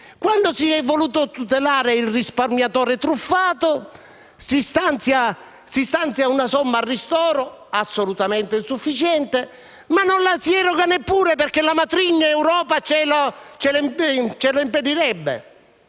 Buccarella).* Per tutelare il risparmiatore truffato si stanzia una somma a ristoro assolutamente insufficiente, ma non la si eroga neppure perché la matrigna Europa ce lo impedirebbe.